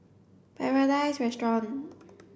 Paradise Restaurant